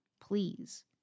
please